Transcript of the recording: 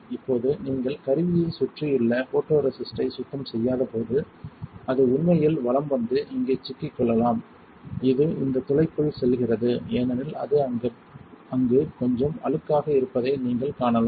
இப்போது நீங்கள் கருவியைச் சுற்றியுள்ள போட்டோரெசிஸ்ட்டை சுத்தம் செய்யாதபோது அது உண்மையில் வலம் வந்து இங்கே சிக்கிக்கொள்ளலாம் இது இந்த துளைக்குள் செல்கிறது ஏனெனில் அது அங்கு கொஞ்சம் அழுக்காக இருப்பதை நீங்கள் காணலாம்